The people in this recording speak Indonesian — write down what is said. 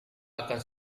akan